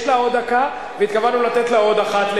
יש לה עוד דקה והתכוונו לתת לה עוד אחת,